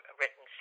written